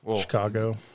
Chicago